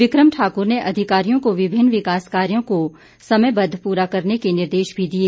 बिक्रम ठाकुर ने अधिकारियों को विभिन्न विकास कार्यों को समयबद्ध पूरा करने के निर्देश भी दिए